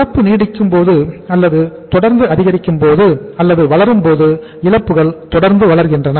இழப்பு நீடிக்கும்போது அல்லது தொடர்ந்து அதிகரிக்கும்போது அல்லது வளரும்போது இழப்புகள் தொடர்ந்து வளர்கின்றன